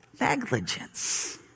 negligence